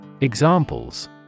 examples